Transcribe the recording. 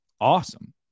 awesome